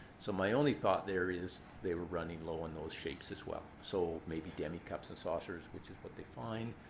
so my only thought there is they were running low on those shapes as well. so maybe demi cups and saucers, which is what they find.